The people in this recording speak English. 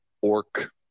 orc